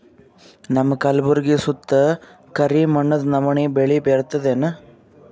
ನಮ್ಮ ಕಲ್ಬುರ್ಗಿ ಸುತ್ತ ಕರಿ ಮಣ್ಣದ ನವಣಿ ಬೇಳಿ ಬರ್ತದೇನು?